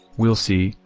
we'll see,